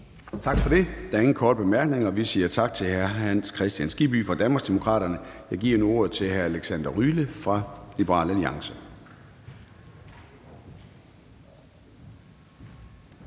Tak for det. Der er ingen korte bemærkninger. Vi siger tak til hr. Hans Kristian Skibby fra Danmarksdemokraterne. Jeg giver nu ordet til hr. Alexander Ryle fra Liberal Alliance.